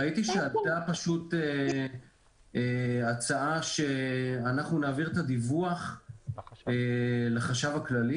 ראיתי שהייתה הצעה שאנחנו נעביר את הדיווח לחשב הכללי